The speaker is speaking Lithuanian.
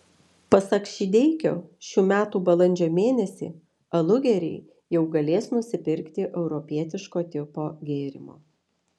pasak šydeikio šių metų balandžio mėnesį alugeriai jau galės nusipirkti europietiško tipo gėrimo